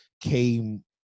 came